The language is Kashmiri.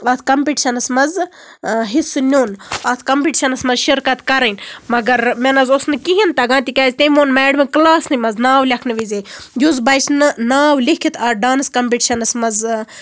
اَتھ کَمپِٹِشَنَس منٛز حِصہٕ نیُن اَتھ کَمپِٹشَنس منٛز شِرکَت کَرٕنۍ مَگر مےٚ نہ حظ اوس نہٕ کِہینۍ تَگان تِکیازِ تٔمۍ ووٚن میڈمَو کٔلاسنٕے منٛز ناو لٮ۪کھنہٕ وِزے یُس بَچہٕ نہٕ ناو لِکھِتھ اَتھ ڈانٔس کَمپِٹِشنَس منٛز